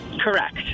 Correct